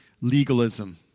legalism